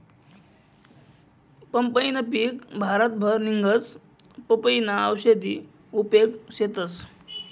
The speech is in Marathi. पंपईनं पिक भारतभर निंघस, पपयीना औषधी उपेग शेतस